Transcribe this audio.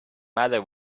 matter